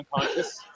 unconscious